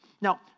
Now